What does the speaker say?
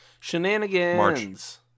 Shenanigans